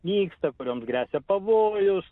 nyksta kurioms gresia pavojus